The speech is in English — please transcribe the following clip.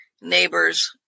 neighbors